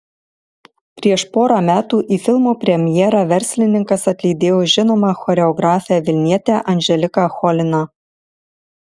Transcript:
prieš porą metų į filmo premjerą verslininkas atlydėjo žinomą choreografę vilnietę anželiką choliną